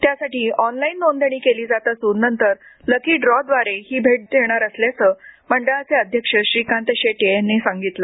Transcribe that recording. त्यासाठी ऑनलाईन नोंदणी केली जात असून नंतर लकी ड्रॉ द्वारे हि भेट देण्यात येणार असल्याचं मंडळाचे अध्यक्ष श्रीकांत शेट्ये यांनी सांगितलं